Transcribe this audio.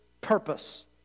purpose